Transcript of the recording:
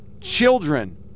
children